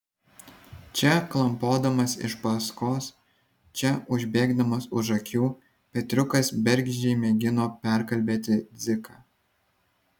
čia klampodamas iš paskos čia užbėgdamas už akių petriukas bergždžiai mėgino perkalbėti dziką